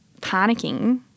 panicking